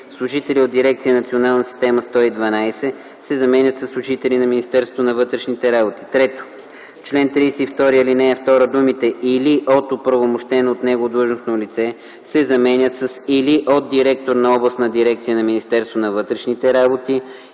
„служители от дирекция „Национална система 112” се заменят със „служители на Министерството на вътрешните работи”. 3. В чл. 32, ал. 2 думите „или от оправомощено от него длъжностно лице” се заменят с „или от директор на областна дирекция на Министерството на вътрешните работи,